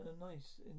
nice